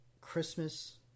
Christmas